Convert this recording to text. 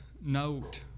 note